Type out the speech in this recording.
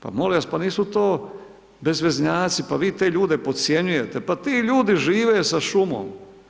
Pa molim vas pa nisu to bezveznjaci pa vi te ljude podcjenjujete pa ti ljudi žive sa šumom.